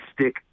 stick